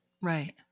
Right